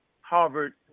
Harvard